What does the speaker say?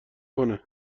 کنه